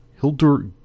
Hildur